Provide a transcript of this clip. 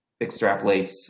extrapolates